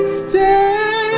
stay